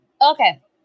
okay